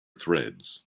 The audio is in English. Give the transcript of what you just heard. threads